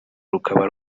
rukaba